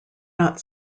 not